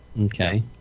Okay